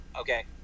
Okay